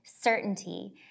certainty